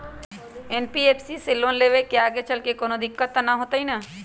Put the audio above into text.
NBFC से loan लेबे से आगेचलके कौनो दिक्कत त न होतई न?